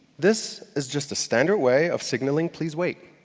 this is just a standard way of signaling please, wait!